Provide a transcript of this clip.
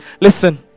Listen